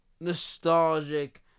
nostalgic